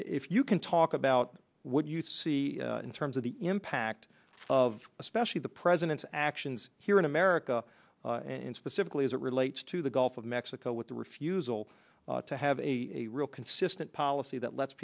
if you can talk about what you see in terms of the impact of especially the president's actions here in america and specifically as it relates to the gulf of mexico with the refusal to have a real consistent policy that lets